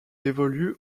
évolue